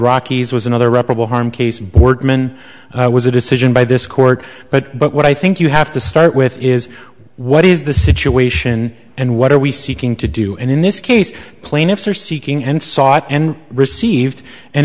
rockies was another reparable harm case boardman was a decision by this court but but what i think you have to start with is what is the situation and what are we seeking to do and in this case plaintiffs are seeking and sought and received an